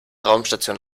raumstation